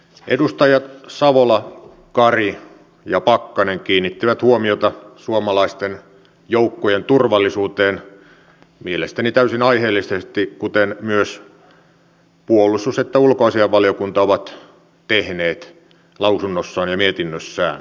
edustajat savola kari ja pakkanen kiinnittivät huomiota suomalaisten joukkojen turvallisuuteen mielestäni täysin aiheellisesti kuten myös sekä puolustus että ulkoasiainvaliokunta ovat tehneet lausunnossaan ja mietinnössään